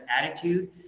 attitude